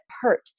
hurt